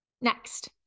Next